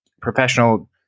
professional